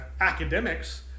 academics